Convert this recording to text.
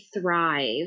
thrive